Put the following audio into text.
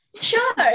sure